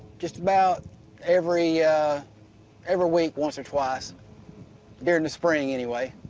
just about every every week once or twice during the spring, anyway.